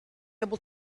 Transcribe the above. able